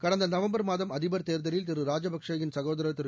உந்த நவங்பர் மாதம் அதிபர் தேர்தலில் திரு ராஜபக்சேயின் சகோதர் திரு